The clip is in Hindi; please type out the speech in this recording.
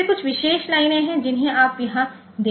फिर कुछ विशेष लाइनें हैं जिन्हें आप यहां देख सकते हैं